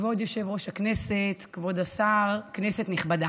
כבוד היושב-ראש, כבוד השר, כנסת נכבדה,